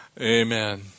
Amen